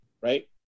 right